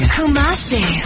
Kumasi